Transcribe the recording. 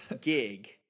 gig